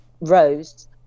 rose